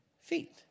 feet